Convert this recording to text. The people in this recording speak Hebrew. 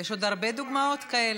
יש עוד הרבה דוגמאות כאלה.